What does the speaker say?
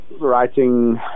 writing